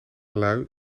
lui